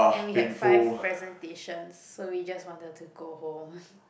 and we had five presentations so we just wanted to go home